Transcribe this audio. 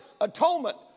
atonement